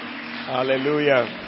Hallelujah